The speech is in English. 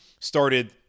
started